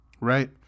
right